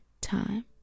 time